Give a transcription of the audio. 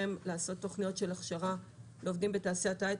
לעשות תוכניות של הכשרה לעובדים בתעשיית ההיי-טק,